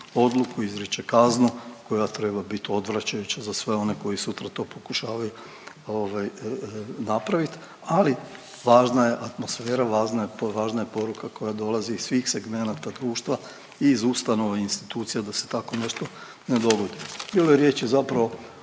odluku, izriče kaznu koja treba bit odvraćajuća za sve one koji sutra to pokušavaju, ovaj napravit ali važna je atmosfera, važna je poruka koja dolazi iz svih segmenata društva i iz ustanova i institucija da se tako nešto ne dogodi. Bilo je riječi zapravo